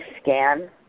scan